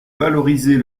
valoriser